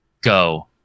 Go